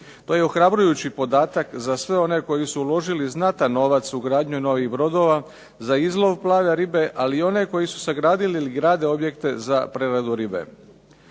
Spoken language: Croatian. To je ohrabrujući podatak za sve one koji su uložili znatan novac u gradnju novih brodova za izlov plave ribe, ali i one koji su sagradili ili grade objekte za preradu ribe.